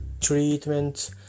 treatment